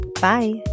Bye